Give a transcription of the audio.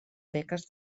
beques